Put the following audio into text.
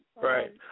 Right